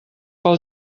pel